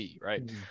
right